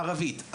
הערבית,